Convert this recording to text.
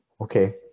Okay